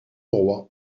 roy